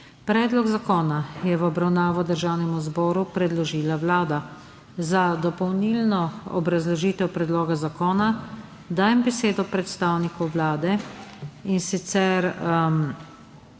Predlog zakona je v obravnavo Državnemu zboru predložila Vlada. Za dopolnilno obrazložitev predloga zakona dajem besedo predstavnici Vlade Gordani